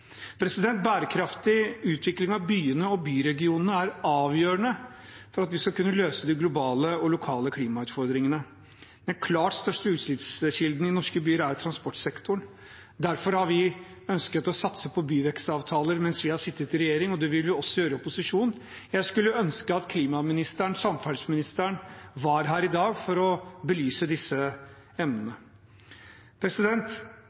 Bærekraftig utvikling av byene og byregionene er avgjørende for at vi skal kunne løse de globale og lokale klimautfordringene. Den klart største utslippskilden i norske byer er transportsektoren. Derfor har vi ønsket å satse på byvekstavtaler mens vi har sittet i regjering, og det vil vi også gjøre i opposisjon. Jeg skulle ønske at klimaministeren og samferdselsministeren var her i dag for å belyse disse